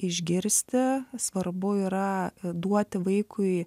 išgirsti svarbu yra duoti vaikui